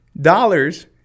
dollars